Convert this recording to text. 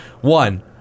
One